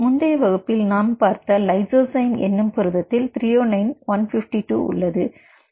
முந்தைய வகுப்பில் நாம் பார்த்த லைசோசைம் என்னும் புரதத்தில் த்ரெயோனின் 152 உள்ளது